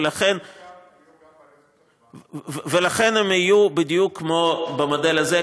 ולכן ------ ולכן הם יהיו בדיוק כמו במודל הזה,